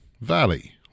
Valley